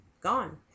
gone